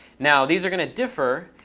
now, these are going to differ,